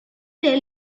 tell